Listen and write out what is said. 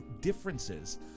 differences